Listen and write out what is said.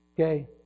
Okay